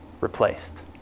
replaced